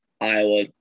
Iowa